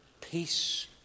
Peace